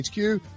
HQ